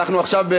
עכשיו,